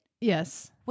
Yes